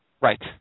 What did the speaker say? Right